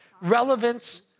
relevance